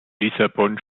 lissabon